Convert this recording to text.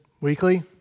weekly